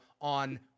on